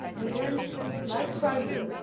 and then like feynman,